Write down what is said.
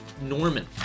Norman